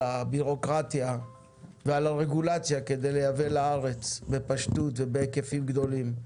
הביורוקרטיה ועל הרגולציה כדי לייבא לארץ בפשטות ובהיקפים גדולים,